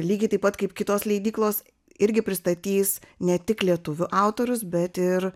lygiai taip pat kaip kitos leidyklos irgi pristatys ne tik lietuvių autorius bet ir